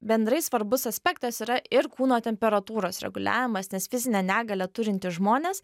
bendrai svarbus aspektas yra ir kūno temperatūros reguliavimas nes fizinę negalią turintys žmonės